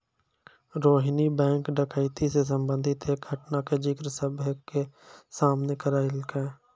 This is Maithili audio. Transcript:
रोहिणी बैंक डकैती से संबंधित एक घटना के जिक्र सभ्भे के सामने करलकै